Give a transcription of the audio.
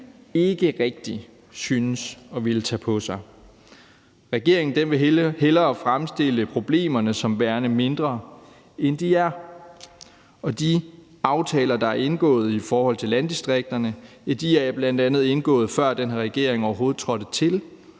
ikke rigtig synes at ville tage på sig. Regeringen vil hellere fremstille problemerne som værende mindre, end de er, og de aftaler, der er indgået i forhold til landdistrikterne, er bl.a. indgået, før den her regering overhovedet trådte til,